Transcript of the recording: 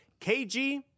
KG